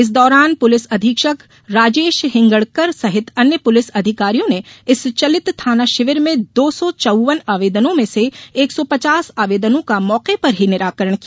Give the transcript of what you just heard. इस दौरान पुलिस अधीक्षक राजेश हिंगणकर सहित अन्य पुलिस अधिकारियों ने इस चलित थाना शिविर में दो सौ चौवन आवेदनों में से एक सौ पचास आवेदनों का मौके पर ही निराकरण किया